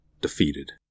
defeated